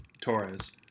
Torres